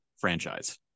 franchise